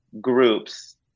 groups